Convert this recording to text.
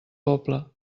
poble